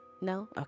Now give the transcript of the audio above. no